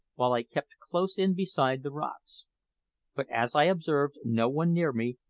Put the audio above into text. while i kept close in beside the rocks but as i observed no one near me,